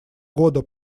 года